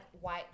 white